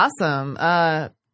Awesome